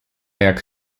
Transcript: jak